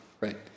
Right